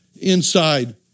inside